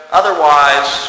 otherwise